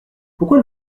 pourquoi